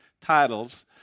titles